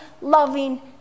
loving